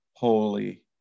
holy